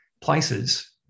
places